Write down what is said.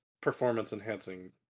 performance-enhancing